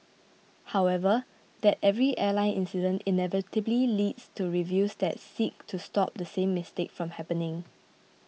however that every airline incident inevitably leads to reviews that seek to stop the same mistake from happening